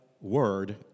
Word